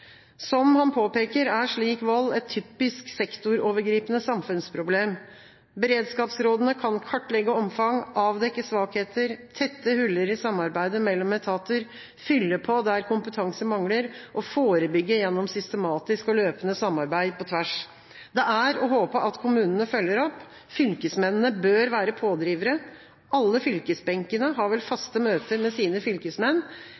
han påpeker, er slik vold et typisk sektorovergripende samfunnsproblem. Beredskapsrådene kan kartlegge omfang, avdekke svakheter, tette huller i samarbeidet mellom etater, fylle på der kompetanse mangler, og forebygge gjennom systematisk og løpende samarbeid på tvers. Det er å håpe at kommunene følger opp. Fylkesmennene bør være pådrivere. Alle fylkesbenkene har vel faste møter med sine fylkesmenn.